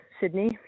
Sydney